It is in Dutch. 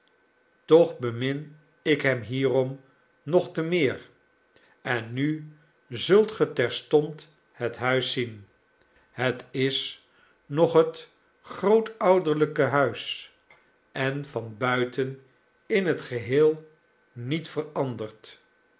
toch bemin ik hem hierom nog te meer en nu zult ge terstond het huis zien het is nog het grootouderlijke huis en van buiten in t geheel niet veranderd